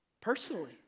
personally